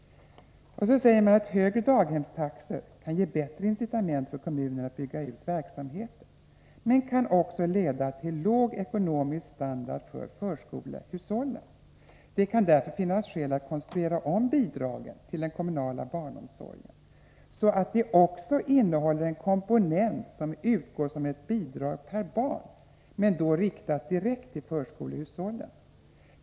Så säger man att högre daghemstaxor kan ge bättre incitament för kommunen att bygga ut verksamheten men att det också kan leda till låg ekonomisk standard för förskolehushållen. Det kan därför finnas skäl att konstruera om bidragen till den kommunala barnomsorgen ”——— så att de också innehåller en komponent som utgår som ett bidrag per barn, men då riktat direkt till förskolehushållen.